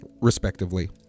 Respectively